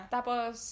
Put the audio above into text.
Tapos